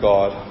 God